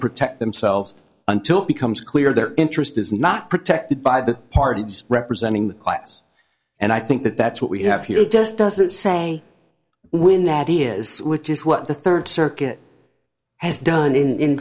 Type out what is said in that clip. protect themselves until it becomes clear their interest is not protected by the parties representing the clients and i think that that's what we have here just doesn't say when that is just what the third circuit has done in